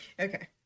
Okay